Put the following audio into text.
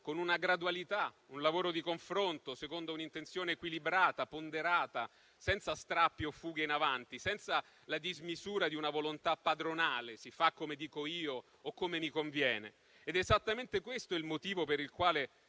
con una gradualità e un lavoro di confronto, secondo un'intenzione equilibrata, ponderata, senza strappi o fughe in avanti, senza la dismisura di una volontà padronale: si fa come dico io o come mi conviene. È esattamente questo il motivo per il quale,